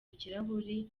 ikirahuri